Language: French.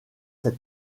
cet